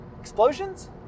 explosions